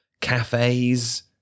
cafes